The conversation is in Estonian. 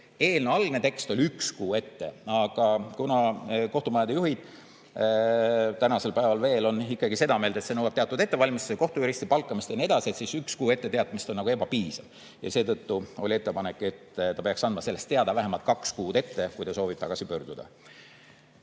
Eelnõu algses tekstis oli üks kuu ette, aga kuna kohtumajade juhid tänasel päeval veel on ikkagi seda meelt, et see nõuab teatud ettevalmistusi, kohtujuristi palkamist ja nii edasi, siis üks kuu etteteatamist on ebapiisav. Ja seetõttu oli ettepanek, et ta peaks andma sellest teada vähemalt kaks kuud ette, kui ta soovib tagasi pöörduda.